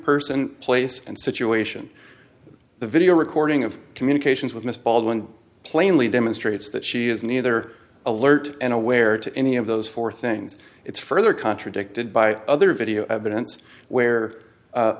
person place and situation the video recording of communications with miss baldwin plainly demonstrates that she is neither alert and aware to any of those four things it's further contradicted by other video evidence where